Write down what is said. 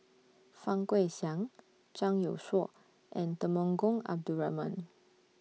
Fang Guixiang Zhang Youshuo and Temenggong Abdul Rahman